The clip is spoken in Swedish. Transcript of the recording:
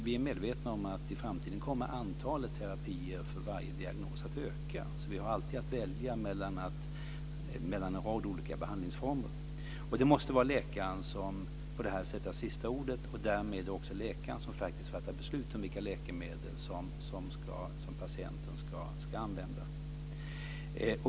Vi är medvetna om att i framtiden kommer antalet terapier för varje diagnos att öka. Vi kommer att kunna välja mellan en rad olika behandlingsformer. Det måste vara läkaren som har det sista ordet. Därmed är det också läkaren som fattar beslut om vilka läkemedel som patienten ska använda.